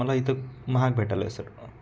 मला इथं महाग भेटला आहे सर